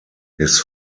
his